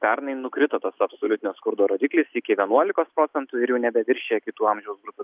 pernai nukrito tas absoliutinio skurdo rodiklis iki vienuolikos procentų ir jau nebeviršija kitų amžiaus grupių